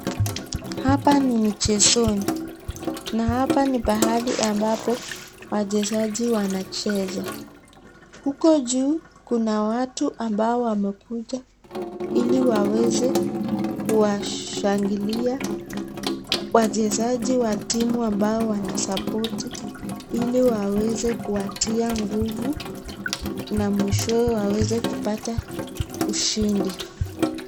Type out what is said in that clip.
Hapa ni mchezoni, na hapa ni pahali ambapo wachezaji wanacheza . Huku juu kuna watu ambao wamekuja ili waweze kuwashangilia wachezaji wa timu ambao wanasapoti, ili waweze kuwatia nguvu. Na mwishowe waweze kupata ushindi.